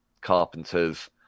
carpenters